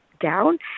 down